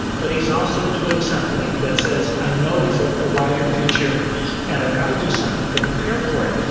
but he's also doing something that says, i know there's a ah wider future and i've gotta do something to prepare for it.